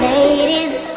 Ladies